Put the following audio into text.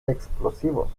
explosivos